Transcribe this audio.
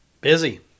Busy